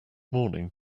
morning